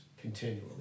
continually